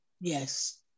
Yes